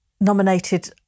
nominated